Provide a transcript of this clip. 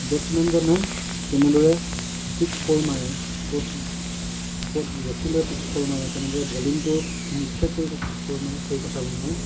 বেটছমেনজনে কেনেদৰে six four মাৰে ক'ত ক'ত ৰখি লৈ ছিক্স ফ'ৰ মাৰে কেনেদৰে বলিংটো নিক্ষেপ কৰি তাক ছিক্স ফ'ৰ মাৰে সেই কথাবোৰ মই